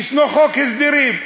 יש חוק הסדרים,